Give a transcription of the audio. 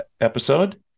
episode